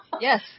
Yes